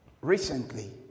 recently